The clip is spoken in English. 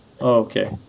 Okay